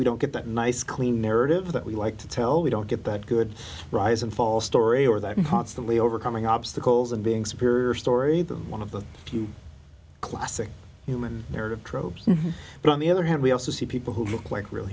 we don't get that nice clean narrative that we like to tell we don't get that good rise and fall story or that constantly overcoming obstacles and being superior story that one of the few classic human narrative tropes but on the other hand we also see people who look like real